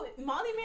Molly